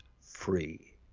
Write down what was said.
free